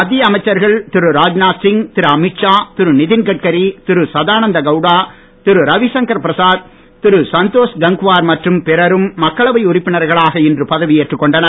மத்திய அமைச்சர்கள் திரு ராஜ்நாத்சிங் திரு அமீத்ஷா திரு நிதின்கட்கரி திரு சதானந்த கவுடா திரு ரவிசங்கர் பிரசாத் திரு சந்தோஷ் கங்வார் மற்றும் பிறரும் மக்களவை உறுப்பினர்களாக இன்று பதவி ஏற்றுக் கொண்டனர்